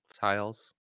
tiles